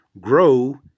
grow